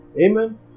Amen